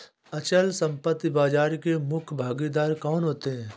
अचल संपत्ति बाजार के मुख्य भागीदार कौन होते हैं?